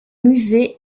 musée